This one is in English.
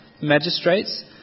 magistrates